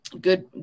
Good